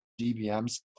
DBMs